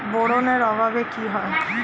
Boron অভাবে কি হয়?